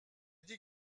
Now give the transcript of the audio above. dit